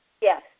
Yes